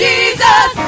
Jesus